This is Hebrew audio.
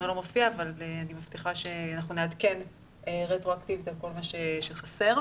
לא מופיע אבל אני מבטיחה שנעדכן רטרואקטיבית כל מה שחסר.